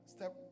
Step